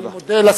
ואני מודה לשר.